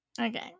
Okay